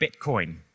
Bitcoin